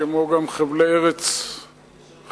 כמו גם חבלי ארץ חשובים.